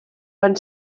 van